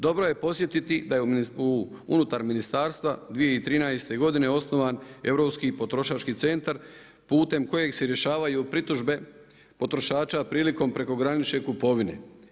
Dobro je podsjetiti da je unutar ministarstva 2013. godine osnovan europski potrošački centar putem kojeg se rješavaju pritužbe potrošača prilikom prekogranične kupovine.